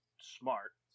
smart